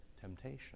temptation